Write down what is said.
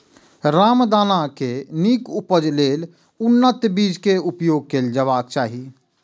रामदाना के नीक उपज लेल उन्नत बीज केर प्रयोग कैल जेबाक चाही